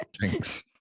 Thanks